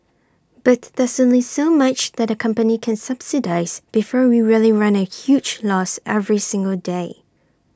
but there's only so much that company can subsidise before we really run A huge loss every single day